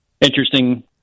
interesting